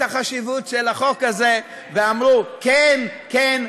את החשיבות של החוק הזה ואמרו: כן כן,